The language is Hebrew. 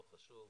לא חשוב,